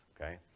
okay